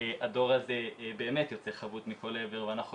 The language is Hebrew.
הדור הזה באמת יוצא חבוט מכל עבר ואנחנו